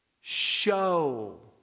Show